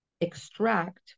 extract